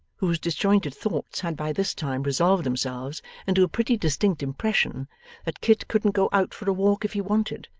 whose disjointed thoughts had by this time resolved themselves into a pretty distinct impression that kit couldn't go out for a walk if he wanted,